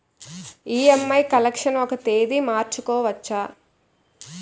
EMI collection ఒక తేదీ మార్చుకోవచ్చా?